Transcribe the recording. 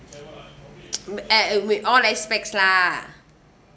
mm eh we all expects lah